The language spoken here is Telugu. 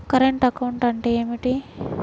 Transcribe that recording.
కరెంటు అకౌంట్ అంటే ఏమిటి?